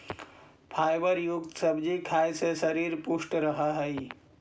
fibre युक्त सब्जी खाए से शरीर पुष्ट रहऽ हइ